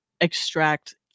extract